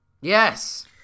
Yes